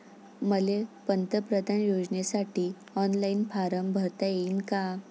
मले पंतप्रधान योजनेसाठी ऑनलाईन फारम भरता येईन का?